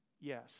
yes